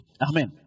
Amen